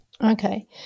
Okay